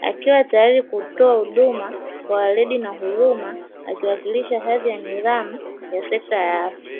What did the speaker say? akiwa tayari kutoa huduma kwa weledi na huruma akiwakilisha hali ya nidhamu ya sekta ya afya.